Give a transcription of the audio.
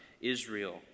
Israel